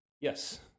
Yes